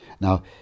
Now